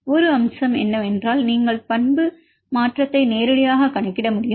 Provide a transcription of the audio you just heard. ஒரு அம்சம் என்னவென்றால் நீங்கள் பண்பு மாற்றத்தை நேரடியாகக் கணக்கிட முடியும்